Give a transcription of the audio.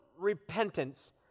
repentance